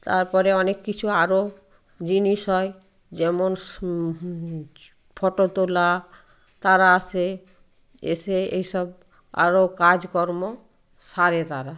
তারপরে অনেক কিছু আরো জিনিস হয় যেমন স ফটো তোলা তারা আসে এসে এইসব আরো কাজ কর্ম সারে তারা